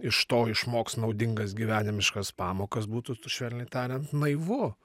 iš to išmoks naudingas gyvenimiškas pamokas būtų švelniai tariant naivu